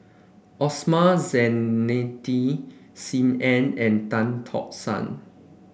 Osman Zailani Sim Ann and Tan Tock San